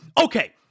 Okay